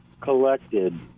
collected